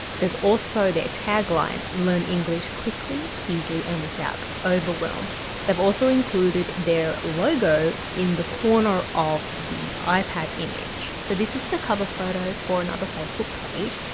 there is also their tagline, learn english quickly easily and without overwhelm they have also included their logo in the corner of the ipad image. this is the cover photo for another facebook page,